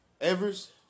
Evers